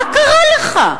מה קרה לך?